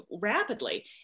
rapidly